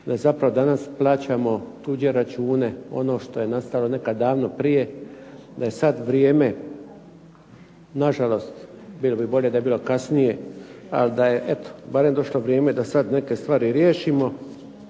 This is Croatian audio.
da zapravo danas plaćamo tuđe račune, ono što je nastalo nekad davno prije, da je sad vrijeme, nažalost bilo bi bolje da je bilo kasnije ali da je eto barem došlo vrijeme da sad neke stvari riješimo.